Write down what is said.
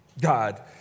God